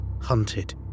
hunted